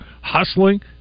hustling